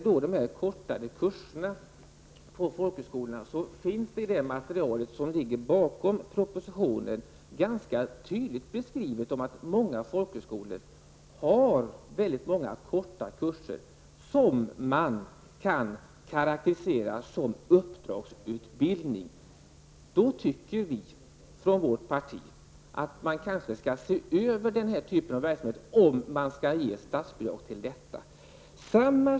I det material som ligger till grund för positionen beskrivs ganska tydligt att många folkhögskolor har väldigt många korta kurser, som kan karakteriseras som uppdragsutbildning. Då tycker vi i vårt parti att man bör se över den typen av verksamhet och ta ställning till om denna utbildning bör ha statsbidrag.